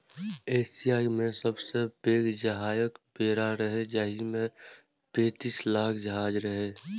Asia मे सबसं पैघ जहाजक बेड़ा रहै, जाहि मे पैंतीस लाख जहाज रहै